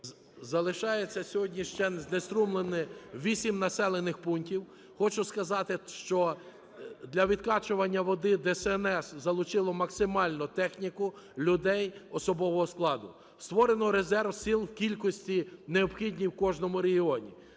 Залишаються сьогодні ще знеструмлені 8 населених пунктів. Хочу сказати, що для відкачування води ДСНС залучило максимально техніку, людей особового складу. Створено резерв сіл в кількості необхідній в кожному регіоні.